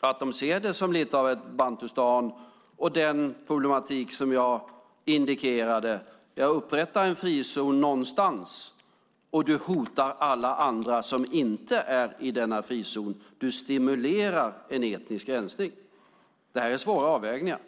att de ser det som lite av bantustan och den problematik som jag indikerade. Du upprättar en frizon någonstans, och du hotar alla andra som inte är i denna frizon. Du stimulerar en etnisk rensning. Det här är svåra avvägningar.